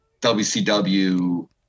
WCW